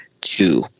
two